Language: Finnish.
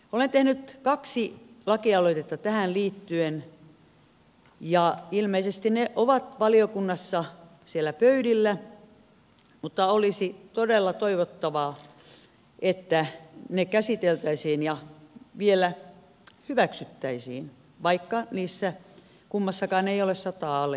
olen tehnyt kaksi lakialoitetta tähän liittyen ja ilmeisesti ne ovat valiokunnassa siellä pöydillä mutta olisi todella toivottavaa että ne käsiteltäisiin ja vielä hyväksyttäisiin vaikka niissä kummassakaan ei ole sataa allekirjoitusta edustajilta